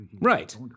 Right